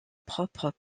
propre